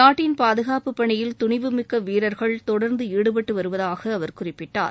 நாட்டின் பாதுகாப்பு பணியில் துணிவுமிக்க வீரர்கள் பாதுகாப்பு பணியில் தொடர்ந்து ஈடுபட்டு வருவதாக அவர் குறிப்பிட்டார்